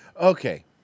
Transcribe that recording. Okay